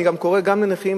אני קורא גם לנכים,